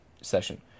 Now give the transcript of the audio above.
session